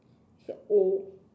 you're old